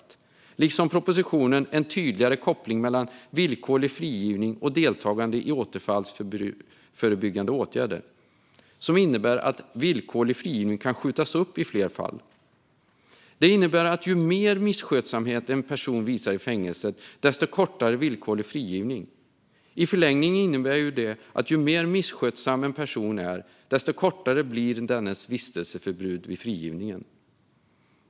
Det som föreslås i propositionen En tydligare koppling mellan villkorlig frigivning och deltagande i återfallsförebyggande åtgärder ska också snart träda i kraft och innebär att villkorlig frigivning kan skjutas upp i fler fall. Det innebär att ju mer misskötsamhet en person visar i fängelset, desto kortare villkorlig frigivning blir det. I förlängningen innebär det att ju mer misskötsam en person är, desto kortare blir dennes vistelseförbud vid frigivningen.